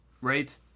Right